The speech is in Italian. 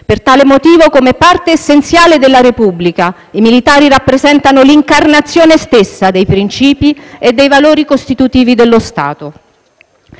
Per tale motivo, come parte essenziale della Repubblica, i militari rappresentano l'incarnazione stessa dei principi e dei valori costitutivi dello Stato.